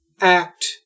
act